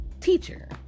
teacher